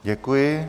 Děkuji.